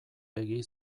begi